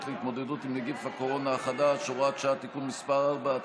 להתמודדות עם נגיף הקורונה החדש (הוראת שעה) (תיקון מס' 4),